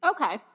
Okay